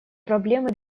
проблемы